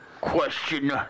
Question